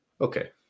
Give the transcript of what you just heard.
okay